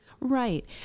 Right